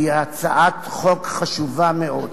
היא הצעת חוק חשובה מאוד.